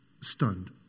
stunned